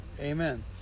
Amen